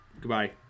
Goodbye